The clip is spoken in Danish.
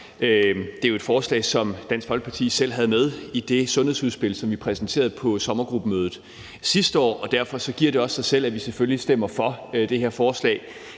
Det er jo et forslag, som Dansk Folkeparti selv havde med i det sundhedsudspil, som vi præsenterede på sommergruppemødet sidste år, og derfor giver det selvfølgelig også sig selv, at vi selvfølgelig stemmer for det her forslag.